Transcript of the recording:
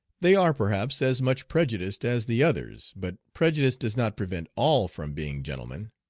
they are perhaps as much prejudiced as the others, but prejudice does not prevent all from being gentlemen.